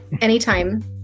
Anytime